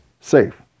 safe